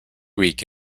week